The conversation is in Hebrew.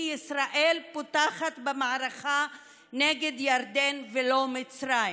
ישראל פותחת במערכה נגד ירדן ולא מצרים,